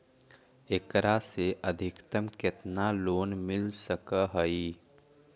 एकरा से अधिकतम केतना लोन मिल सक हइ?